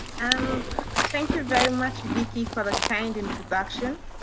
um thank you very much vicki for the kind introduction.